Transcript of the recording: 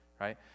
right